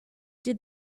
did